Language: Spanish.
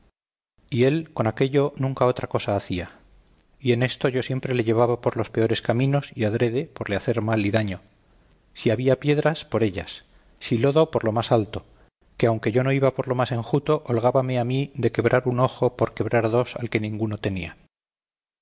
y él con aquello nunca otra cosa hacía y en esto yo siempre le llevaba por los peores caminos y adrede por le hacer mal y daño si había piedras por ellas si lodo por lo más alto que aunque yo no iba por lo más enjuto holgábame a mí de quebrar un ojo por quebrar dos al que ninguno tenía